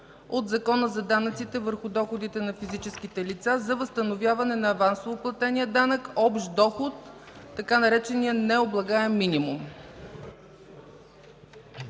от Закона за данъците върху доходите на физическите лица за възстановяване на авансово платения данък общ доход, така наречения „необлагаем минимум”.